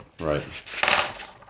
right